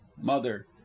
Mother